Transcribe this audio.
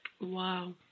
Wow